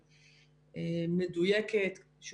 מחלקות יש לי שתי מחלקות בבידוד של כח אחד,